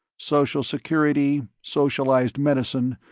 social security, socialized medicine,